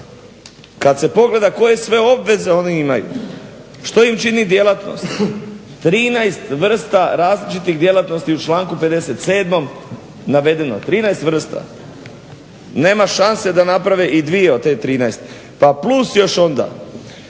kada se pogleda koje sve obveze oni imaju, što im čini djelatnost 13 vrsta različitih djelatnosti u članku 57.navedeno, 13 vrsta. Nema šanse da naprave i dvije od te 13 pa plus još onda